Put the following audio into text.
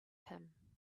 him